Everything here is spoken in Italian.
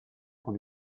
con